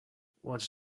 what’s